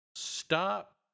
Stop